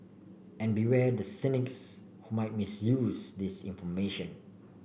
and beware the cynics who might misuse this information